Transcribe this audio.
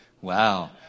Wow